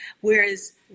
Whereas